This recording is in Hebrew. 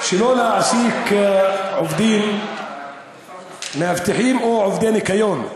שלא להעסיק עובדים, מאבטחים או עובדי ניקיון,